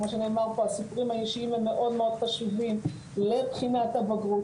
כמו שנאמר פה הסיפורים האישיים הם מאוד מאוד חשובים לבחינת הבגרות,